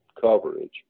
coverage